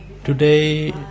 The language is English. Today